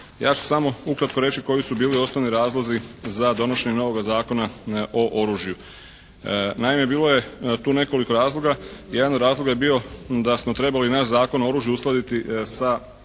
Ja ću samo ukratko reći koji su bili osnovni razlozi za donošenje novoga Zakona o oružju. Naime, bilo je tu nekoliko razloga. Jedan od razloga je bio da smo trebali naš Zakon o oružju uskladiti sa